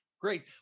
Great